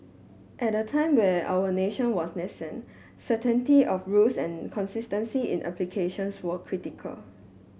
at a time where our nation was nascent certainty of rules and consistency in applications were critical